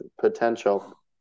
potential –